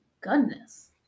Goodness